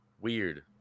Weird